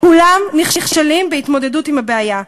כולם נכשלים בהתמודדות עם הבעיה.